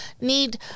need